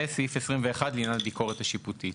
סעיף 21, לעניין הביקורת השיפוטית.